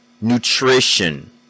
nutrition